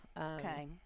Okay